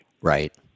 Right